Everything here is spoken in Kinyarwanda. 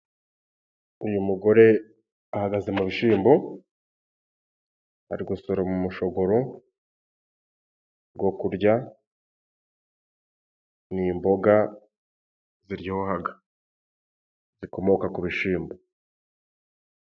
Uyu mugore ahagaze mu bishyimbo ,ari gusoma umushogoro go kurya n'imboga ziryohaga zikomoka ku bishyimbo.